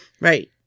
Right